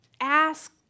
ask